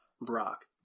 Brock